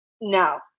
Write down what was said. no